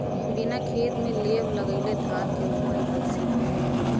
बिना खेत में लेव लगइले धान के रोपाई कईसे होई